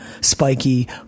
spiky